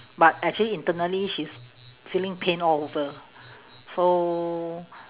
but actually internally she's feeling pain all over so